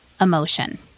emotion